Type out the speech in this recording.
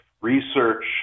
research